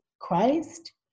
Christ